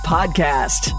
Podcast